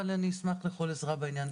אבל אני אשמח לכל עזרה בעניין.